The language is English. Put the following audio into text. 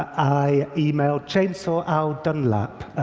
i emailed chainsaw al dunlap,